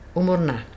umurna